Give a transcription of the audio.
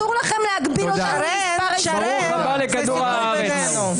ברוך הבא לכדור הארץ.